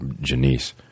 Janice